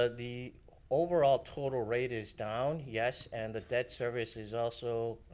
ah the overall total rate is down. yes, and the debt service is also